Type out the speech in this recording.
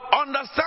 understand